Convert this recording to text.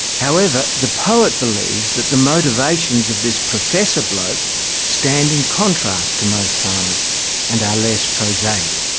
however, the poet believes that the motivations of this professor bloke stand in contrast to most farmers and are less prosaic.